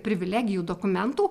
privilegijų dokumentų